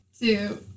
two